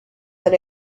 that